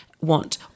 want